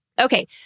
Okay